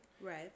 Right